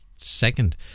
Second